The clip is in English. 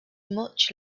much